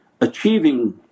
achieving